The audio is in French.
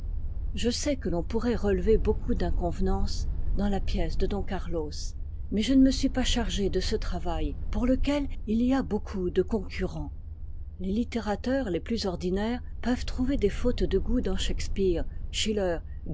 je sais que l'on pourrait relever beaucoup d'inconvenances dans la pièce de don carlos mais je ne me suis pas chargée de ce travail pour lequel il y beaucoup de concurrents les littérateurs les plus ordinaires peuvent trouver des fautes de goût dans shakspeare schiller